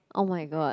oh-my-god